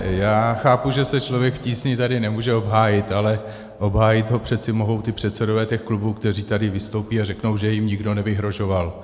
Já chápu, že se Člověk v tísni tady nemůže obhájit, ale obhájit ho přece mohou ti předsedové těch klubů, kteří tady vystoupí a řeknou, že jim nikdo nevyhrožoval.